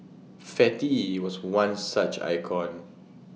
fatty was one such icon